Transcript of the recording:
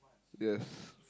yes